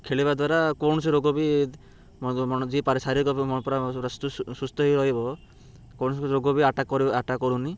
ଖେଳିବା ଦ୍ୱାରା କୌଣସି ରୋଗ ବି ଯିଏ ଶାରିରୀକ ସୁସ୍ଥ ହେଇ ରହିବ କୌଣସି ରୋଗ ବି ଆଟାକ୍ ଆଟାକ୍ କରୁନି